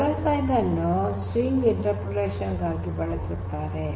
dollar sign dollar sign ಅನ್ನು string interpolation ಗಾಗಿ ಬಳಸುತ್ತಾರೆ